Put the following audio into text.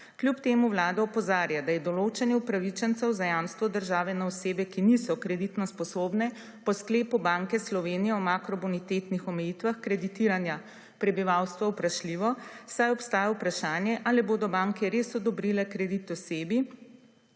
Kljub temu vlada opozarja, da je določanje upravičencev za jamstvo države na osebe, ki niso kreditno sposobne po sklepu Banke Slovenije o makrobonitetnih omejitvah kreditiranja prebivalstva vprašljivo, saj obstaja vprašanje ali bodo banke res odobrile kredit osebi,